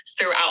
throughout